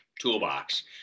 toolbox